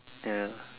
ya